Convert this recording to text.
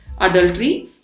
adultery